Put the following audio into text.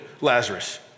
Lazarus